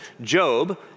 Job